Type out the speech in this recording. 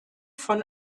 von